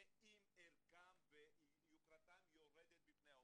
-- ואם ערכם ויוקרתם יורדת בפני ההורים,